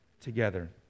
together